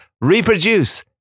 reproduce